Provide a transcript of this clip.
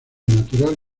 natural